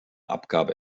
abgabe